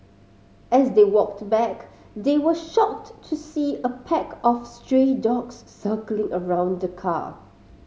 as they walked back they were shocked to see a pack of stray dogs circling around the car